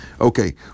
Okay